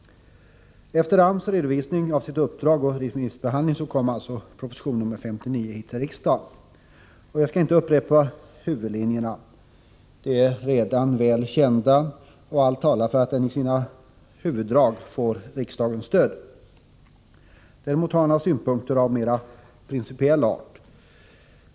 Efter AMS redovisning av sitt uppdrag och efter remissbehandlingen kom alltså proposition nr 59 hit till riksdagen. Jag skall inte upprepa huvudlinjerna. De är redan väl kända, och allt talar för att de i sina huvuddrag får riksdagens stöd. Däremot har jag några synpunkter av mera principiell art.